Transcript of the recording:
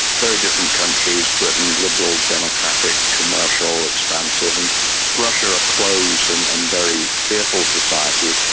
very different countries britain, liberal, democratic, commercial, expansive and russia closed and and very fearful society,